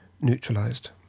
neutralised